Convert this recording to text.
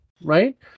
Right